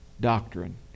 doctrine